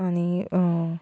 आनी